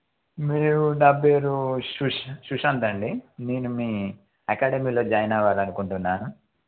మీరు నా పేరు షుశా సుశాంత్ అండి నేను మీ అకాడమీలో జాయిన్ అవ్వాలనుకుంటున్నాను